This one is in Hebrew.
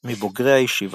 מבוגרי הישיבה